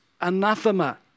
anathema